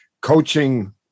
coaching